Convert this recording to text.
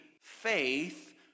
faith